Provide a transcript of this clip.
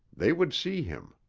they would see him.